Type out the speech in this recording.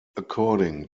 according